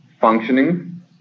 functioning